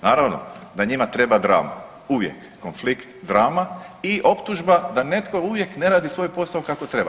Naravno da njima treba drama uvijek, konflikt, drama i optužba da netko uvijek ne radi svoj posao kako treba.